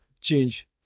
change